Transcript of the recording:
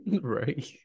Right